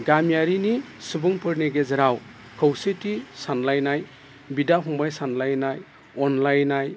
गामियारिनि सुबुंफोरनि गेजेराव खौसेथि सानलायनाय बिदा फंबाइ सानलायनाय अनलायनाय